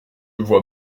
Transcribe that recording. vois